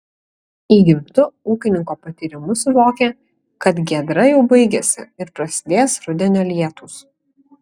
įgimtu ūkininko patyrimu suvokė kad giedra jau baigiasi ir prasidės rudenio lietūs